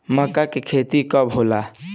मक्का के खेती कब होला?